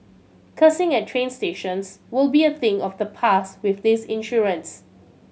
cursing at train stations will be a thing of the past with this insurance